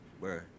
Bro